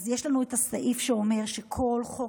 יש לנו את הסעיף שאומר שכל חוק